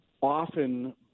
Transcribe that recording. often